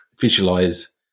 visualize